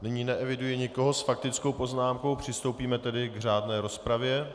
Nyní neeviduji nikoho s faktickou poznámkou, přistoupíme tedy k řádné rozpravě.